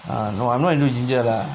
ah no I'm not into ginger lah